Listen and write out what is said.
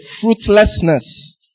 fruitlessness